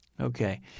Okay